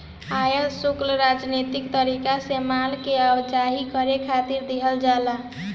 आयात शुल्क राजनीतिक तरीका से माल के आवाजाही करे खातिर देहल जाला